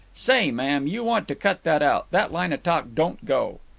say, ma'am, you want to cut that out. that line of talk don't go.